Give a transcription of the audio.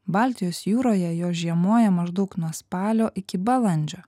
baltijos jūroje jos žiemoja maždaug nuo spalio iki balandžio